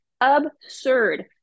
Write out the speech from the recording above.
Absurd